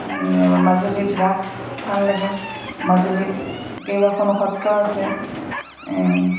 মাজুলীত ৰাস ভাল লাগে মাজুলীত কেইবাখন সত্ৰ আছে